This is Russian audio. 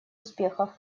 успехов